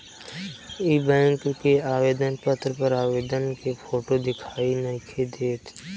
इ बैक के आवेदन पत्र पर आवेदक के फोटो दिखाई नइखे देत